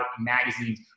magazines